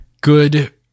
good